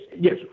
yes